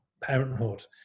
parenthood